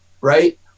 right